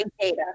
data